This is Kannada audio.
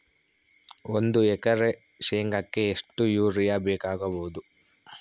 ಒಂದು ಎಕರೆ ಶೆಂಗಕ್ಕೆ ಎಷ್ಟು ಯೂರಿಯಾ ಬೇಕಾಗಬಹುದು?